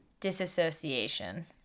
disassociation